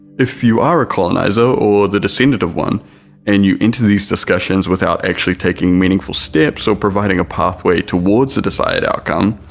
if you are a colonizer or the descendant of one and you enter these discussions without actually taking meaningful steps or so providing a pathway towards the desired outcome,